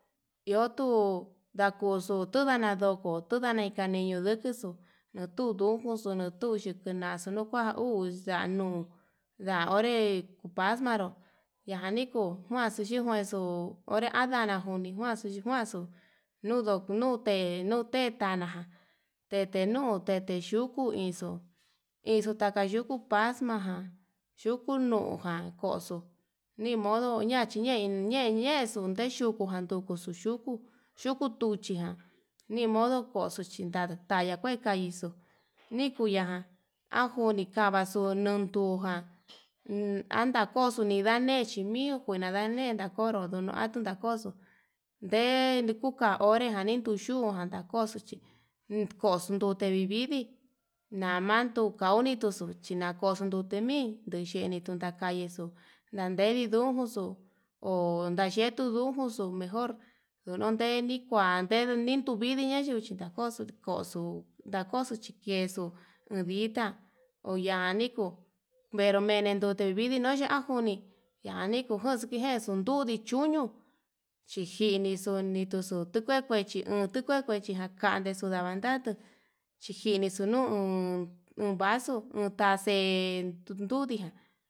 Iho tuu ndakoxu tunana ndoko, tuñane kaneyu ndukuxu natundukuxu tuyii kunaxu nukua, uu yanuu nda onre kuu paxmaru yaniku kuanxu xhivexu kuu onre andakuani njuanxu xhi njuanxu, nuduu nute nutetana tete nuu tete yuku inxo'o inxo'o taka yukuu paxmajan yuku nujan koxo nimodo ñachiñein ñein, ñexuu ndechuku nanduku xhuku xhukuu nduchi jan nimodo koxo'o kuancha tentaya kue kaixuu, nikuya ajo nikayaxo nondujan ata koxo ninda'a nexhi mio nijuina ndane'e konro nuu antenan koxo nde kuka onre jan janituchujan ndakoxo chí vikoxo nrete nii vidii namandu nuxaku nuna kuxii mii, ndexhenitu ndayexu nan nedii ndunixu ho ndayetu ndujuxu mejor, ndodandeni kua nun tunii vidii nakuxhi konakoxo yexuu ndakoxo chikexuu ndita oyani kuu venro mene ndute vidii, pero mene nrutevidii yanjuni yani kujoxo nindexu nudii chuño chijinixu ndikixu ndukue kuechi, uun tuu kue kuechijan kava ndexuu navandatu chijinixuu nuu uun vaxuu undaxe tutunijan.